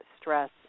stress